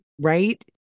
Right